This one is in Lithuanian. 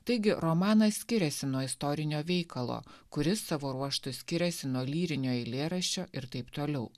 taigi romanas skiriasi nuo istorinio veikalo kuris savo ruožtu skiriasi nuo lyrinio eilėraščio ir taip toliau